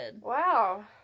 Wow